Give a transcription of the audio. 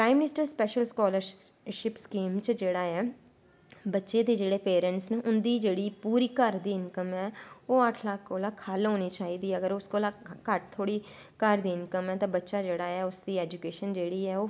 prime minister special scholarship scheme च जेह्ड़ा ऐ बच्चे दे जेह्ड़े पेरैंटस न उंदी जेह्ड़ी पूरी घर दी इंकम ऐ ओह् अट्ठ लक्ख कोला घट्ट होनी चाही दी अगर उस कोला घट्ट थोह्ड़ी घर दी इंकम ऐ तां बच्चा जेह्ड़ा ऐ उसदी ऐजुकेशन जेह्ड़ी ऐ